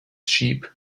sheep